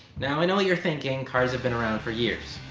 now i know what you're thinking cars have been around for years,